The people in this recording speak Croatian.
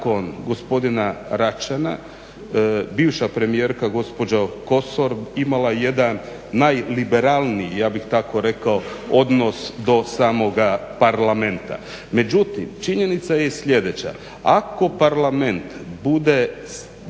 gospodina Račana bivša premijerka gospođa Kosor imala jedan najliberalniji ja bih tako rekao odnos do samoga Parlamenta. Međutim, činjenica je i sljedeća, ako Parlament bude bombardiran